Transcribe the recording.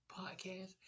Podcast